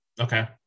Okay